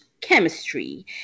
chemistry